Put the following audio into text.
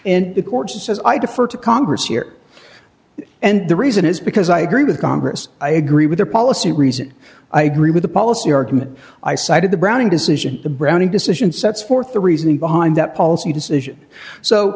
in the courts and says i defer to congress here and the reason is because i agree with congress i agree with the policy reason i agree with the policy argument i cited the browning decision the browning decision sets forth the reasoning behind that policy decision so